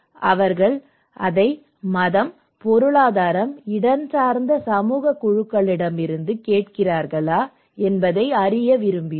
அவர்கள் அதை மத பொருளாதார இடஞ்சார்ந்த சமூக குழுக்களிடமிருந்து கேட்கிறார்களா என்பதை அறிய விரும்பினோம்